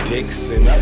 Dixon